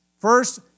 First